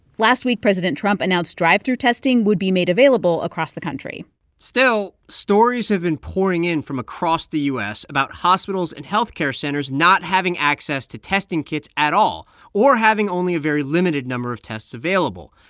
last week, president trump announced drive-through testing would be made available across the country still, stories have been pouring in from across the u s. about hospitals and health care centers not having access to testing kits at all or having only a very limited number of tests available.